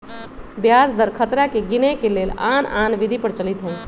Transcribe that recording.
ब्याज दर खतरा के गिनेए के लेल आन आन विधि प्रचलित हइ